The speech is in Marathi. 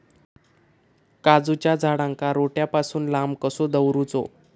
काजूच्या झाडांका रोट्या पासून लांब कसो दवरूचो?